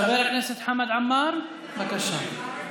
חבר הכנסת חמד עמאר, בבקשה.